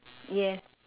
yes